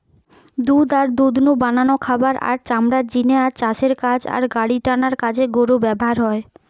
দুধ আর দুধ নু বানানো খাবার, আর চামড়ার জিনে আর চাষের কাজ আর গাড়িটানার কাজে গরু ব্যাভার হয়